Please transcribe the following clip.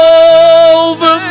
over